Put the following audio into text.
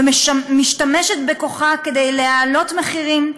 ומשתמשת בכוחה כדי להעלות מחירים,